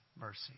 mercy